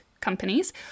companies